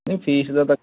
ਨਹੀਂ ਫੀਸ ਦਾ ਤਾਂ